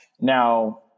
Now